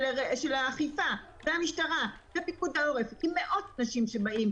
האכיפה והמשטרה ופיקוד העורף עם מאות אנשים שבאים,